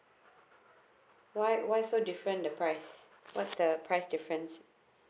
why why so different the price what's the price difference